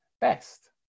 best